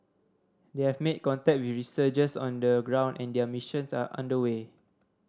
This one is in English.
they have made contact with researchers on the ground and their missions are under way